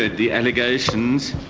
the allegations.